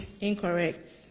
Incorrect